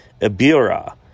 Ibira